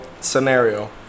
scenario